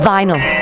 Vinyl